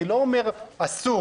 אני לא אומר אסור,